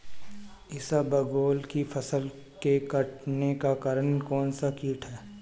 इसबगोल की फसल के कटने का कारण कौनसा कीट है?